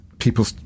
people